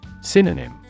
Synonym